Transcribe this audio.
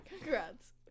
Congrats